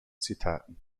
zitaten